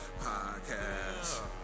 podcast